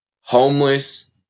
homeless